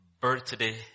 birthday